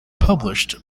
published